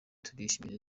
turishimye